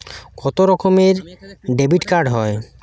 কত রকমের ডেবিটকার্ড হয়?